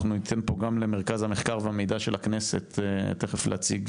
אנחנו ניתן פה גם למרכז המחקר והמידע של הכנסת תכף להציג